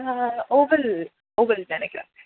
oval ஓவல் நினைக்குறேன்